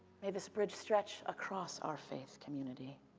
make this bridge stretch across our faith community.